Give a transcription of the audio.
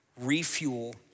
refuel